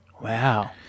Wow